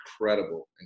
incredible